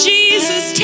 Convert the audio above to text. Jesus